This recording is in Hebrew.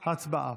הצבעה.